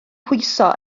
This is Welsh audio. pwyso